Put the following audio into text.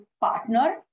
partner